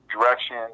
direction